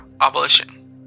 abolition